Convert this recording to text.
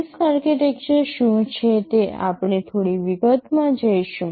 RISC architecture શું છે તે આપણે થોડી વિગતમાં જઈશું